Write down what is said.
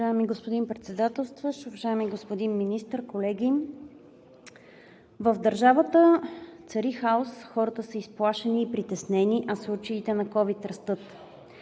Уважаеми господин Председателстващ, уважаеми господин Министър, колеги! В държавата цари хаос. Хората са изплашени и притеснени, а случаите на COVID-19 растат.